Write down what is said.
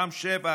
רם שפע,